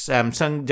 Samsung